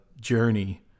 journey